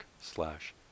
slash